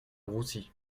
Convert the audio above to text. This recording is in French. roussi